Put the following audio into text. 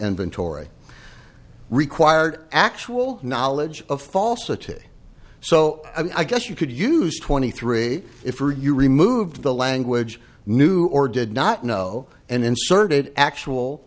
inventory required actual knowledge of falsity so i guess you could use twenty three if you removed the language knew or did not know and inserted actual